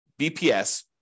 BPS